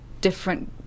different